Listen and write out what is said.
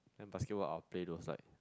then basketball I'll play those like